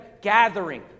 Gathering